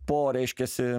po reiškiasi